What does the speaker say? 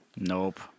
nope